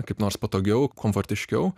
kaip nors patogiau komfortiškiau